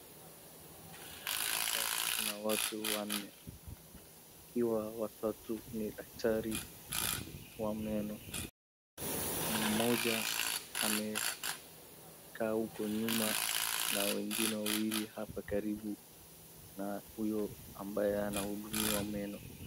Hapa kuna watu wanne. Wakiwa watatu ni daktari wa meno. Mmoja amekaa uko nyuma na wengine wawili hapa karibu na huyo ambaye anahudumiwa meno.